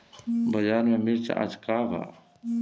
बाजार में मिर्च आज का बा?